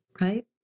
right